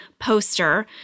poster